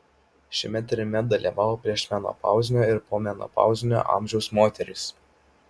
šiame tyrime dalyvavo priešmenopauzinio ir pomenopauzinio amžiaus moterys